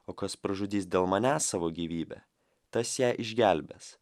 o kas pražudys dėl manęs savo gyvybę tas ją išgelbės